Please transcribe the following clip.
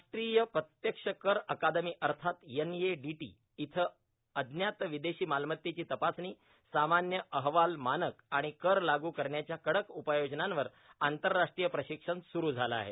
राष्ट्रीय प्रत्यक्ष कर अकादमी अर्थात एनएडीटी इथं अज्ञात विदेशी मालमत्तेची तपासणी सामान्य अहवाल मानक आणि कर लागू करण्याच्या कडक उपाययोजनांवर आंतरराष्ट्रीय प्रशिक्षण सुरू झालं आहे